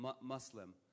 Muslim